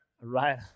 right